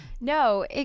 No